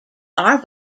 are